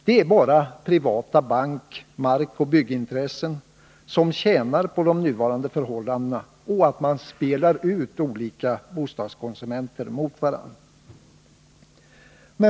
Det är bara privata bank-, markoch byggintressen som tjänar på de nuvarande förhållandena och på att man spelar ut olika bostadskonsumenter mot varandra.